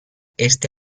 este